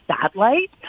satellite